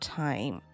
time